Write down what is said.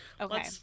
Okay